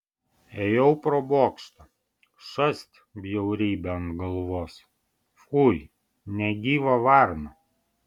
ėjau pro bokštą šast bjaurybė ant galvos fui negyva varna